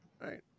right